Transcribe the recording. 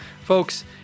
folks